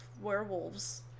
werewolves